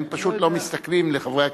הם פשוט לא מסתכלים אל חברי הכנסת.